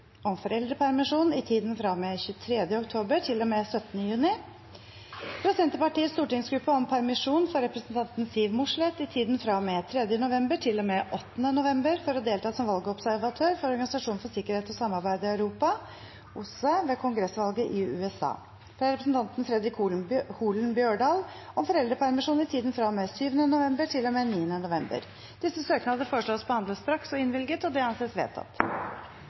om foreldrepermisjon i tiden fra og med 23. oktober til og med 17. juni fra Senterpartiets stortingsgruppe om permisjon for representanten Siv Mossleth i tiden fra og med 3. november til og med 8. november for å delta som valgobservatør for Organisasjonen for sikkerhet og samarbeid i Europa ved kongressvalget i USA fra representanten Fredric Holen Bjørdal om foreldrepermisjon i tiden fra og med 7. november